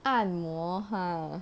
按摩 ha